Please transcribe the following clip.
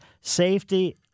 safety